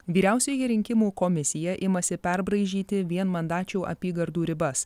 vyriausioji rinkimų komisija imasi perbraižyti vienmandačių apygardų ribas